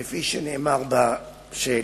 כפי שנאמר בשאלה.